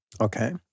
Okay